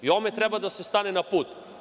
I ovome treba da se stane na put.